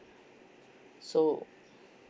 so